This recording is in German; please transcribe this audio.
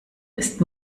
ist